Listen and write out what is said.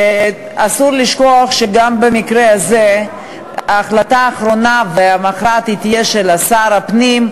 אסור לשכוח שגם במקרה הזה ההחלטה האחרונה והמכרעת תהיה של שר הפנים,